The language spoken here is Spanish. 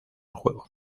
juego